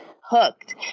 hooked